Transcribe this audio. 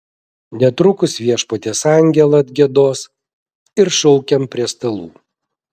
netrukus viešpaties angelą atgiedos ir šaukiam prie stalų